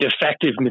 defective